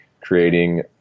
creating